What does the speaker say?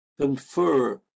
confer